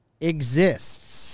Exists